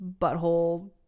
butthole